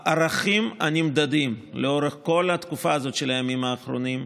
הערכים הנמדדים לאורך כל התקופה בימים האחרונים,